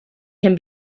can